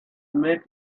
met